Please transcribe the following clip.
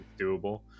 doable